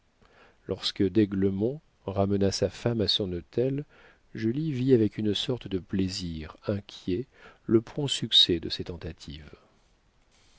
lorsque d'aiglemont ramena sa femme à son hôtel julie vit avec une sorte de plaisir inquiet le prompt succès de ses tentatives